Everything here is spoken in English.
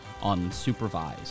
Unsupervised